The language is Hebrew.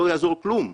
לא יעזור כלום,